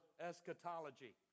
eschatology